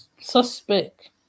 suspect